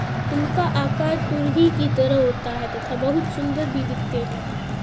इनका आकार तुरही की तरह होता है तथा बहुत सुंदर भी दिखते है